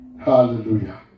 Hallelujah